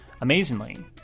Amazingly